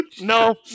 No